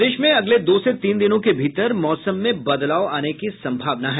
प्रदेश में अगले दो से तीन दिनों के भीतर मौसम में बदलाव आने की संभावना है